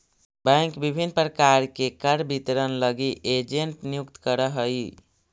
bank विभिन्न प्रकार के कर वितरण लगी एजेंट नियुक्त करऽ हइ